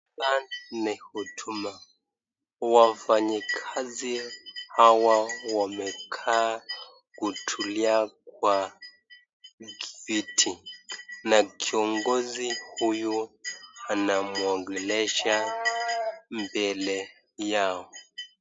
Hapa ni huduma, wafanyikazi hawa wamekaa kutulia kwa viti na kiongozi huyu anamuongelesha mbele yao.